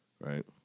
right